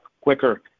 quicker